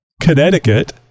Connecticut